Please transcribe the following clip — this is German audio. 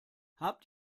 habt